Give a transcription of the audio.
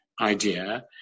idea